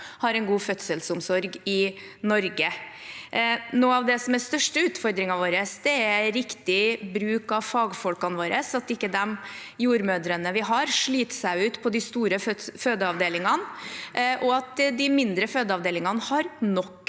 har en god fødselsomsorg i Norge. En av de største utfordringene våre er riktig bruk av fagfolkene våre – at ikke de jordmødrene vi har, sliter seg ut på de store fødeavdelingene, og at de mindre fødeavdelingene har nok